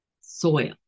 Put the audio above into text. soil